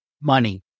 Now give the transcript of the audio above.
money